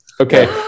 Okay